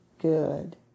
good